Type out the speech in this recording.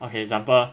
okay example